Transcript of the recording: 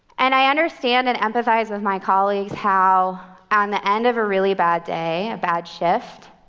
and i understand and empathize with my colleagues how on the end of a really bad day, a bad shift,